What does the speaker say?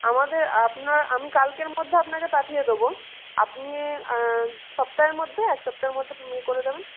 আমাদের আপনার আমি কালকের মধ্যে আপনাকে পাঠিয়ে দেব আপনি সপ্তাহের মধ্যে এক সপ্তাহের মধ্যে তৈরি করে দেবেন